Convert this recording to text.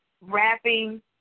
wrapping